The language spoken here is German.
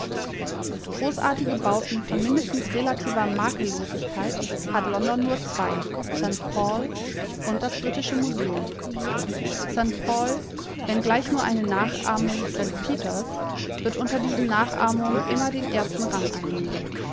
großartige bauten von mindestens relativer makellosigkeit hat london nur zwei st paul und das britische museum st paul wenngleich nur eine nachahmung st peters wird unter diesen nachahmungen immer den ersten rang einnehmen